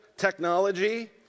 Technology